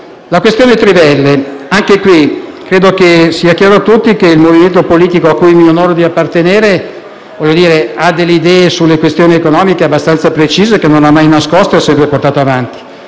la questione trivelle, credo sia chiaro a tutti che il movimento politico cui mi onoro di appartenere ha delle idee sulle questioni economiche abbastanza precise che non ha mai nascosto ed ha sempre portato avanti.